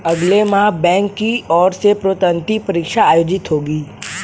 अगले माह बैंक की ओर से प्रोन्नति परीक्षा आयोजित होगी